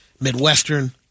Midwestern